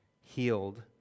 healed